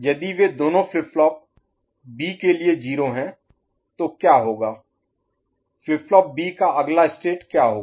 यदि वे दोनों फ्लिप फ्लॉप B के लिए 0 हैं तो क्या होगा फ्लिप फ्लॉप B का अगला स्टेट क्या होगा